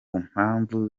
mpamvu